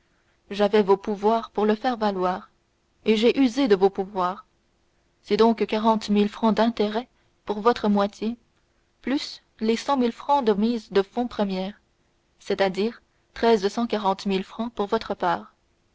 j'avais vos pouvoirs pour le faire valoir et j'ai usé de vos pouvoirs c'est donc quarante mille francs d'intérêts pour votre moitié plus les cent mille francs de mise de fonds première c'est-à-dire treize cent quarante mille francs pour votre part